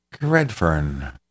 Redfern